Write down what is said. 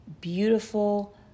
beautiful